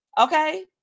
okay